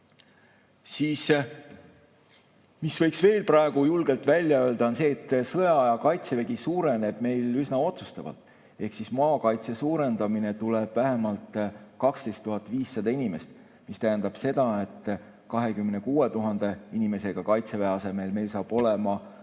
Praegu võiks veel julgelt välja öelda, et sõjaaja kaitsevägi suureneb meil üsna otsustavalt. Maakaitse suurendamiseks tuleb vähemalt 12 500 inimest, mis tähendab seda, et 26 000 inimesega kaitseväe asemel saab meil